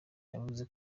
yavuze